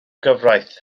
cyfraith